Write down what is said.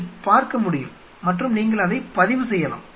நீங்கள் பார்க்க முடியும் மற்றும் நீங்கள் அதை பதிவு செய்யலாம்